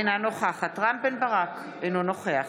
אינה נוכחת רם בן ברק, אינו נוכח